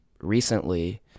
recently